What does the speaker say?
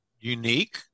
unique